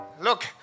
Look